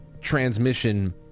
transmission